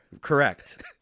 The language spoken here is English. Correct